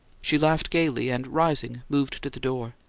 she laughed gaily, and, rising, moved to the door.